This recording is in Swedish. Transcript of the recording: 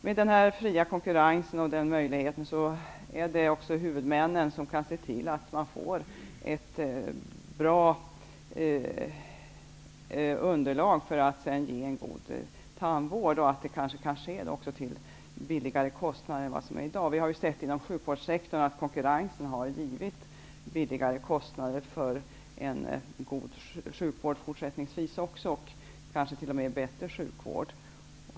Med den fria konkurrensen kan huvudmännen se till att det finns ett bra underlag för att ge en god tandvård, och att det kan ske till lägre kostnader än i dag. Vi har sett inom sjukvårdssektorn att konkurrensen har gett lägre kostnader och en god sjukvård också fortsättningsvis -- kanske t.o.m. bättre sjukvård.